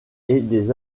des